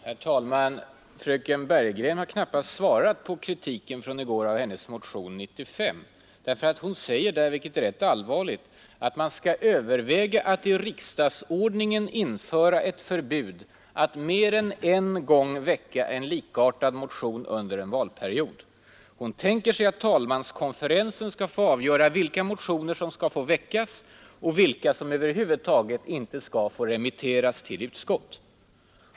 Herr talman! Fröken Bergegren har knappast svarat på min kritik från i går av hennes motion nr 95. Hon säger där, vilket är rätt allvarligt, att man skall överväga att i riksdagsordningen införa förbud mot att me en gång väcka en likartad motion under en valperiod. Hon tänker sig att talmanskonferensen skall få avgöra vilka motioner som skall få väckas och vilka som över huvud taget inte skall få remitteras till utskott.